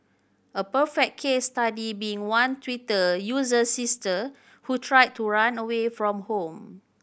a perfect case study being one Twitter user's sister who tried to run away from home